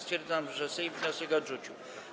Stwierdzam, że Sejm wniosek odrzucił.